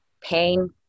pain